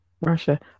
Russia